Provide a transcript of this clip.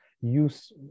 use